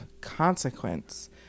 consequence